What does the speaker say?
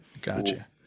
gotcha